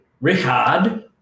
Richard